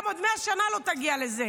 גם עוד 100 שנה לא תגיע לזה,